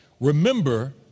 Remember